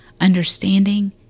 understanding